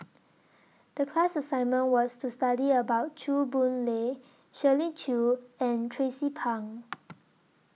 The class assignment was to study about Chew Boon Lay Shirley Chew and Tracie Pang